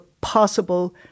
possible